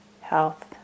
health